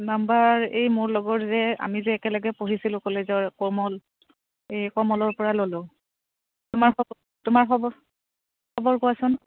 number এই মোৰ লগত যে আমি যে একেলগে পঢ়িছিলোঁ কলেজৰ কমল এই কমলৰ পৰা ল'লোঁ তোমাৰব তোমাৰ খবৰ খবৰ কোৱাচোন